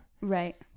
Right